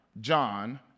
John